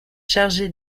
chargé